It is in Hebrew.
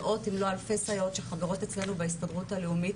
מאות אם לא אלפי סייעות שחברות אצלנו בהסתדרות הלאומית